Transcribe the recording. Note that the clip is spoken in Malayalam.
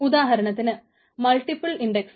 ഉദാഹരണത്തിന് മൾട്ടിപ്പിൾ ഇൻഡക്സ്